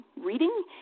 reading